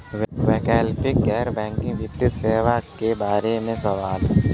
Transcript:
वैकल्पिक गैर बैकिंग वित्तीय सेवा के बार में सवाल?